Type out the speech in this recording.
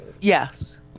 Yes